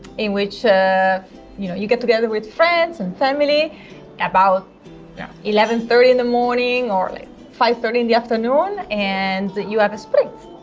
in which ah you know you get together with friends and family about yeah eleven thirty in the morning or like five thirty in the afternoon and you have a spritz.